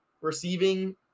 receiving